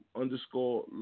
underscore